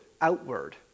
outward